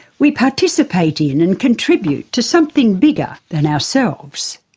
we participate in and contribute to something bigger than ourselves.